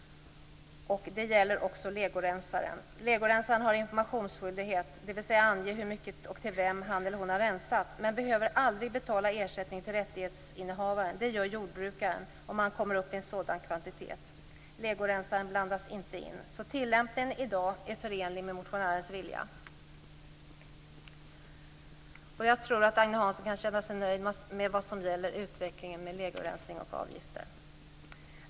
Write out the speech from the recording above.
Det gäller också legorensaren. Legorensaren har informationsskyldighet, dvs. skall ange hur mycket och till vem han eller hon har rensat. Men legorensaren behöver aldrig betala ersättning till rättighetsinnehavaren. Det gör jordbrukaren, om han kommer upp i en sådan kvantitet. Legorensaren blandas inte in. Tillämpningen i dag är förenlig med motionärernas vilja. Jag tror att Agne Hansson kan känna sig nöjd vad gäller utvecklingen av legorensning och avgifter.